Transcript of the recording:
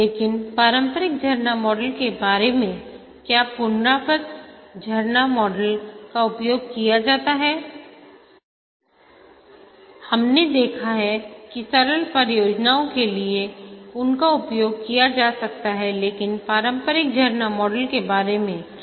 लेकिन पारंपरिक झरना मॉडल के बारे में क्यापुनरावृत्त झरना मॉडल का उपयोग किया जाता है हमने देखा कि सरल परियोजनाओं के लिए उनका उपयोग किया जा सकता है लेकिन पारंपरिक झरना मॉडल के बारे में क्या